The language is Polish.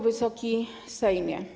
Wysoki Sejmie!